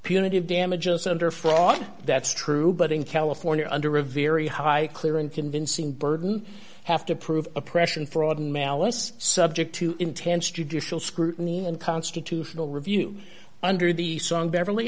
punitive damages under fraud that's true but in california under a very high clear and convincing burden have to prove oppression fraud malice subject to intense judicial scrutiny and constitutional review under the sun beverly